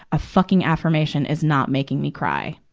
ah fucking affirmation is not making me cry.